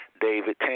David